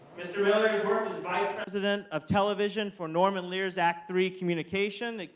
mr. miller has worked as vice president of television for norman lear's act three communication,